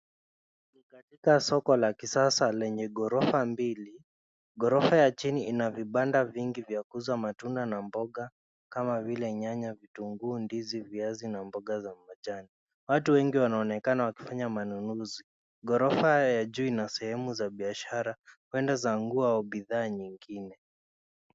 Ni katika soko la kisasa lenye ghorofa mbili, ghorofa ya chini ina vibanda vingi vya kuuza matunda na mboga kama vile nyanya vitunguu, ndizi, viazi na mboga za majani. Watu wengi wanaonekana wakifanya manunuzi, ghorofa ya juu na sehemu za biashara pande za nguo au bidhaa nyingine.